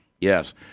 Yes